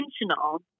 intentional